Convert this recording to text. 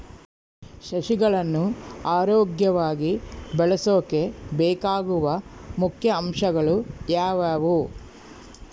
ಸಸಿಗಳನ್ನು ಆರೋಗ್ಯವಾಗಿ ಬೆಳಸೊಕೆ ಬೇಕಾಗುವ ಮುಖ್ಯ ಅಂಶಗಳು ಯಾವವು?